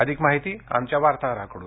अधिक माहिती आमच्या वार्ताहराकडून